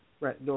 Right